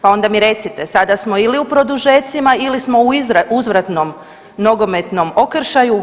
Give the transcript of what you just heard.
Pa onda mi recite sada smo ili u produžecima ili smo u uzvratnom nogometnom okršaju?